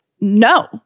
no